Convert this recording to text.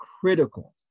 critical